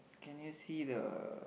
can you see the